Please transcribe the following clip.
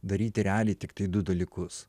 daryti realiai tiktai du dalykus